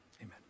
amen